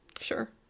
Sure